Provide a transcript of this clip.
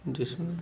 जिसमें